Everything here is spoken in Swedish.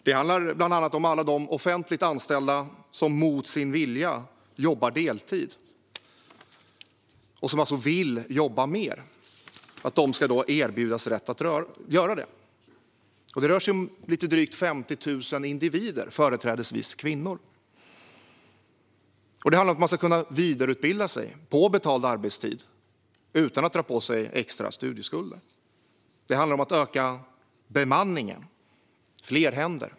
Det handlar bland annat om att alla de offentliganställda som jobbar deltid mot sin vilja och alltså vill jobba mer ska erbjudas rätt att göra det. Det rör sig om drygt 50 000 individer, företrädesvis kvinnor. Det handlar om att man ska kunna vidareutbilda sig - på betald arbetstid - utan att dra på sig extra studieskulder. Det handlar om att öka bemanningen, att få fler händer.